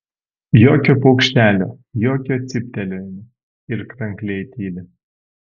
jokio paukštelio jokio cyptelėjimo ir krankliai tyli